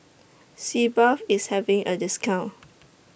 Sitz Bath IS having A discount